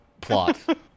plot